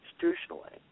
constitutionally